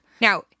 Now